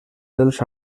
dels